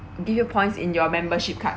give you points in your membership card